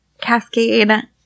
Cascade